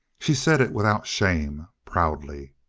she said it without shame, proudly.